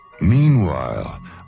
Meanwhile